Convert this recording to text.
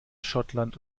schottland